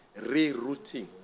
rerouting